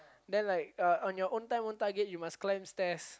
then like uh on your own time own target you must climb stairs